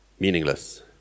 Meaningless